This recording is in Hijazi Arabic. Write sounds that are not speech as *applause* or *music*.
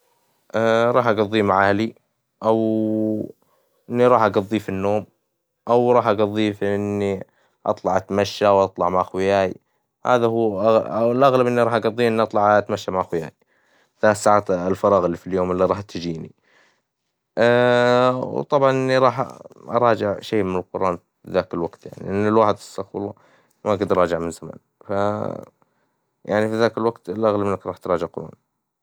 راح أجضيه مع أهلي أو إني راح أجضيه في النوم، أو راح أجضيه في إني اطلع أتمشى واطلع مع أخوياي، هذا هو الأغلب إني راح أجضيه إني أطلع أتمشى مع أخوياي، ثلاث ساعات الفراغ اللي في اليوم اللي راح تجيني، *hesitation* وطبعًا راح أراجع شيء من القرآن في ذاك الوقت يعني لإن الواحد استغفر الله ما كنت راجع من زمان فيعني في ذاك الوقت الأغلب إنك راح تراجع قرآن.